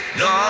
no